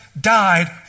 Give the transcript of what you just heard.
died